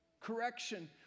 Correction